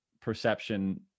perception